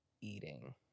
eating